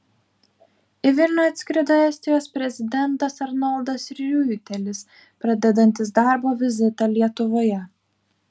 į vilnių atskrido estijos prezidentas arnoldas riuitelis pradedantis darbo vizitą lietuvoje